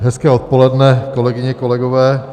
Hezké odpoledne, kolegyně, kolegové.